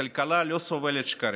הכלכלה לא סובלת שקרים.